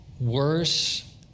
worse